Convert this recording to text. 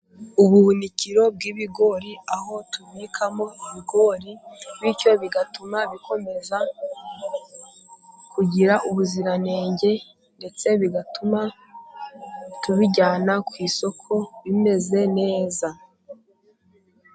Ubuhunikiro bw'ibigori, aho tubikamo ibigori bityo bigatuma bikomeza kugira ubuziranenge, ndetse bigatuma tubijyana ku isoko bimeze neza.